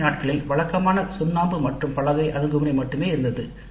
முந்தைய நாட்களில் வழக்கமான சுண்ணாம்பு மற்றும் பலகை அணுகுமுறை மட்டுமே இருந்தது